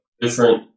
different